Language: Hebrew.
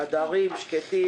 בחדרים שקטים.